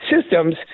systems